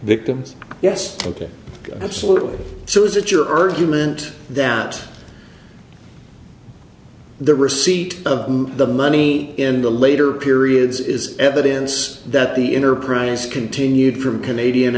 victims yes ok absolutely so is it your urgent that the receipt of the money in the later periods is evidence that the enterprise continued from canadian